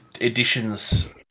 editions